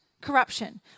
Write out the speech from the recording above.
corruption